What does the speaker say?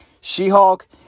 She-Hulk